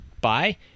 bye